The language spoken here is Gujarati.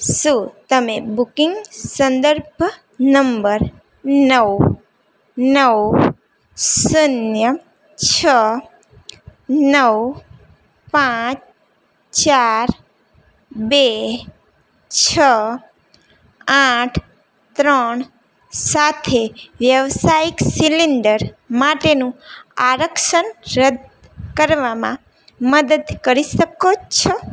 શું તમે બુકિંગ સંદર્ભ નંબર નવ નવ શૂન્ય છ નવ પાંચ ચાર બે છ આઠ ત્રણ સાથે વ્યાવસાયિક સિલિન્ડર માટેનું આરક્ષણ રદ કરવામાં મદદ કરી શકો છો